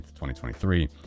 2023